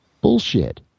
Bullshit